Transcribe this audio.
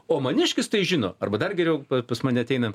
o maniškis tai žino arba dar geriau pas mane ateina